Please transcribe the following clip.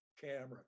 camera